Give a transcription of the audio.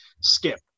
skip